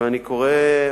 ואני קורא,